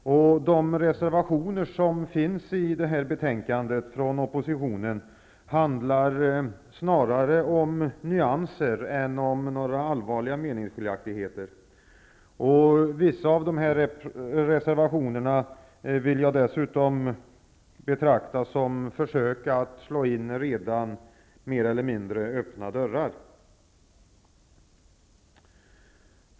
De reservationer från oppositionen som finns fogade till betänkandet handlar snarare om nyanser än om några allvarliga meningsskiljaktigheter. Vissa av reservationerna vill jag dessutom betrakta som försök att slå in redan öppna dörrar.